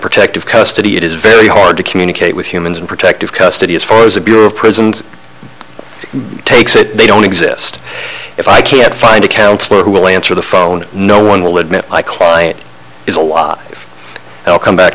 protective custody it is very hard to communicate with humans in protective custody as far as the bureau of prisons takes it they don't exist if i can't find a counselor who will answer the phone no one will admit my client is a lot i'll come back